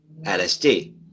lsd